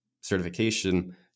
certification